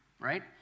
right